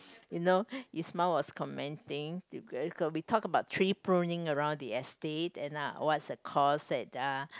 you know Ismail was commenting we talk about tree pruning around the estate and uh what's the cost and uh